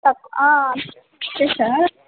తక్కువ అదే సార్